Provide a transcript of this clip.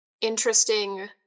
interesting